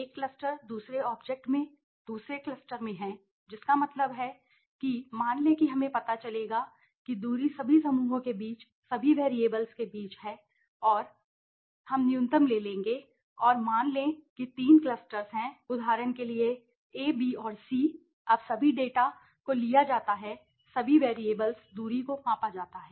एक क्लस्टर दूसरे ऑब्जेक्ट में दूसरे क्लस्टर में है जिसका मतलब है कि मान लें कि हमें पता चलेगा कि दूरी सभी समूहों के बीच सभी वैरिएबल्स के बीच है और न्यूनतम हम न्यूनतम ले लेंगे और मान लें कि तीन क्लस्टर्स हैं उदाहरण के लिए a b और c हैं कि अब सभी डेटा को लिया जाता है सभी वैरिएबल्स दूरी को मापा जाता है